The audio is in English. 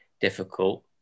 difficult